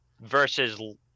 versus